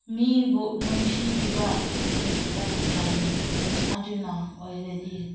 ꯃꯤꯕꯨ ꯅꯨꯡꯁꯤꯕꯤꯕ ꯍꯦꯟꯒꯠꯂꯅꯤ ꯑꯗꯨꯅ ꯑꯣꯏꯔꯗꯤ